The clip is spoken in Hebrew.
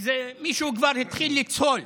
מישהו כבר התחיל לצהול.